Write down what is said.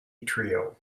trio